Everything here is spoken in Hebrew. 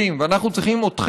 ואנחנו צריכים את השרירים חזקים,